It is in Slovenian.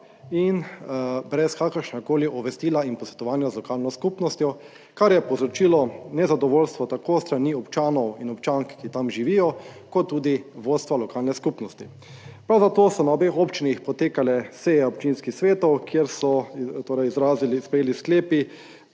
in brez kakršnegakoli obvestila in posvetovanja z lokalno skupnostjo, kar je povzročilo nezadovoljstvo tako s strani občanov in občank, ki tam živijo kot tudi vodstva lokalne skupnosti. Prav zato so na obeh občinah potekale seje občinskih svetov, kjer so torej izrazili sprejeti